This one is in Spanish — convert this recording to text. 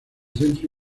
centro